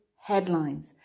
headlines